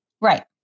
Right